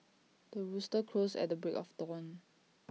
the rooster crows at the break of dawn